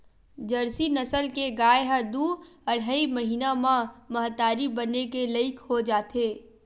Jersey नसल के गाय ह दू अड़हई महिना म महतारी बने के लइक हो जाथे